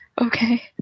Okay